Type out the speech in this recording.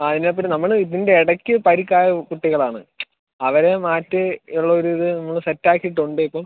ആ എന്നാ പിന്നെ നമ്മൾ ഇതിൻ്റെ ഇടയ്ക്ക് പരുക്ക് ആയ കുട്ടികളാണ് അവരെ മാറ്റി ഉള്ള ഒരു ഇത് നമ്മൾ സെറ്റ് ആക്കീട്ട് ഉണ്ട് ഇപ്പോൾ